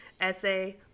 essay